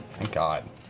thank god.